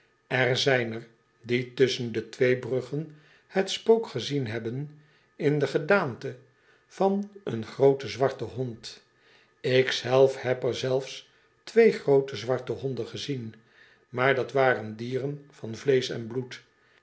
r zijn er die tusschen de twee bruggen het spook gezien hebben in de gedaante van een grooten zwarten hond k zelf heb er zelfs twee groote zwarte honden gezien maar dat waren dieren van vleesch en bloed